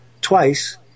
twice